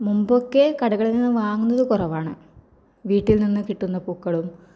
മുമ്പൊക്കെ കടകളിൽ നിന്ന് വാങ്ങുന്നത് കുറവാണ് വീട്ടിൽ നിന്ന് കിട്ടുന്ന പൂക്കളും